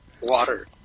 water